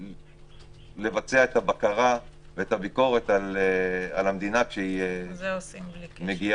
ולבצע את הבקרה ואת הביקורת על המדינה כשהיא מגיעה